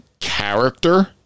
character